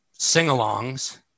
sing-alongs